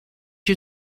you